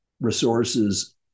Resources